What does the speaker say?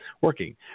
working